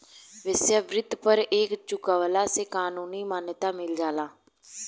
वेश्यावृत्ति पर कर चुकवला से कानूनी मान्यता मिल जाला